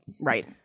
Right